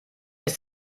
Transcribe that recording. ist